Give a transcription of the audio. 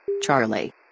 Charlie